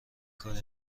کاری